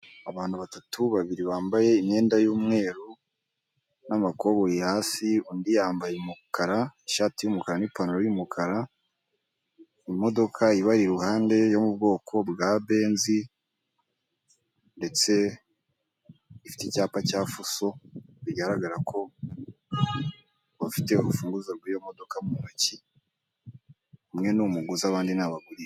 Abantu batatu, babiri bambaye imyenda y'umweru n'amakoboyi hasi undi yambaye umukara ishati y'umukara n'ipantaro y'umukara, imodoka ibari iruhande yo mu bwoko bwa Benz ndetse ifite icyapa cya Fuso bigaragara ko ufite urufunguzo rw'iyomodoka mu ntoki umwe ni umuguzi abandidi ni abagurisha.